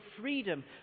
freedom